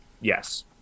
Yes